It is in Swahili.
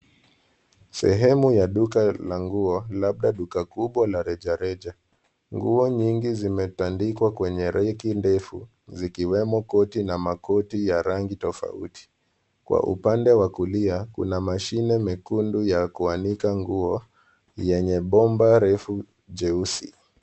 Sehemu ya duka la nguo labda duka kubwa la reja reja nguo nyingi zimetandikwa kwenye reki ndefu zikiwemo koti na makoti ya rangi tofauti kwa upande wa kulia kuna mashine mekundu ya kuanika nguo yenye bomba refu jeusi